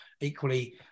equally